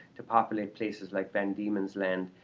to populate places like van die men's land,